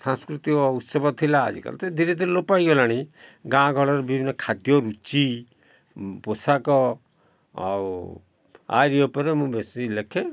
ସାଂସ୍କୃତିକ ଉତ୍ସବ ଥିଲା ଆଜିକାଲି ତ ଧିରେ ଧିରେ ଲୋପ ପାଇଗଲାଣି ଗାଁ ଗହଳିରେ ବିଭିନ୍ନ ଖାଦ୍ୟ ରୁଚି ପୋଷାକ ଆଉ ଆରି ଉପରେ ମୁଁ ବେଶି ଲେଖେ